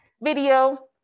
Video